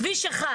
כביש 1